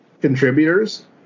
contributors